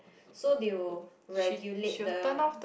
so they will regulate the